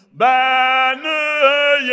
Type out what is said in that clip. banner